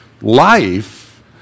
life